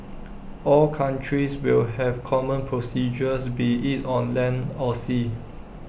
all countries will have common procedures be IT on land or sea